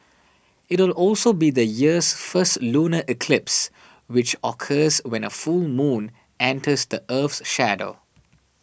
it will also be the year's first lunar eclipse which occurs when a full moon enters the Earth's shadow